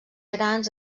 grans